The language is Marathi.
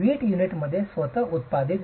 वीट युनिटचे स्वतः उत्पादन